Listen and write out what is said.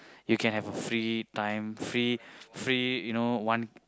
you can have a free time free free you know one